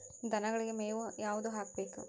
ದನಗಳಿಗೆ ಮೇವು ಯಾವುದು ಹಾಕ್ಬೇಕು?